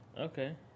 Okay